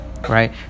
Right